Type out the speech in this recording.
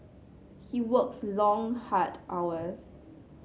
he works long hard hours